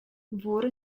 wór